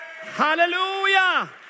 Hallelujah